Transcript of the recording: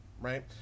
right